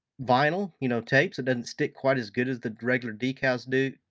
vinyl you know tape, so it doesn't stick quite as good as the regular decals do,